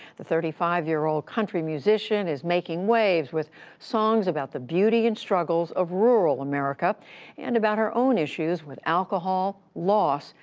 the thirty five year old country musician is making waves with songs about the beauty and struggles of rural america and about her own issues with alcohol, loss,